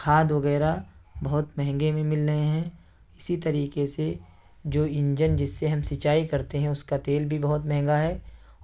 کھاد وغیرہ بہت مہنگے میں مل رہے ہیں اسی طریقے سے جو انجن جس سے ہم سینچائی کرتے ہیں اس کا تیل بھی بہت مہنگا ہے